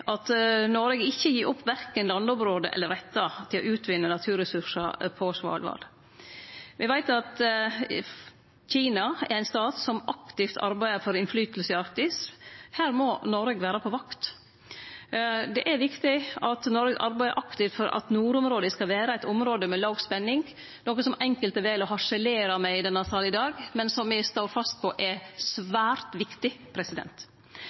at Noreg ikkje gjev opp verken landområde eller rettar til å utvinne naturresursar på Svalbard. Me veit at Kina er ein stat som aktivt arbeider for innverknad i Arktis. Her må Noreg vere på vakt. Det er viktig at Noreg arbeider aktivt for at nordområda skal vere eit område med låg spenning, noko som enkelte vel å harselere med i denne salen i dag, men som me står fast på at er svært viktig.